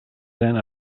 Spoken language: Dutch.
zijn